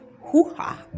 hoo-ha